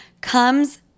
comes